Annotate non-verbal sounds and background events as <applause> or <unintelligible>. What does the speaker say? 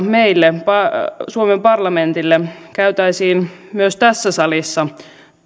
<unintelligible> meille suomen parlamentille käytäisiin myös tässä salissa